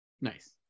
Nice